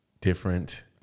different